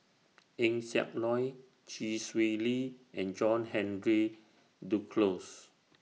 Eng Siak Loy Chee Swee Lee and John Henry Duclos